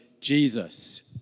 Jesus